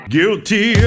Guilty